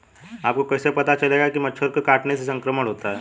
आपको कैसे पता चलेगा कि मच्छर के काटने से संक्रमण होता है?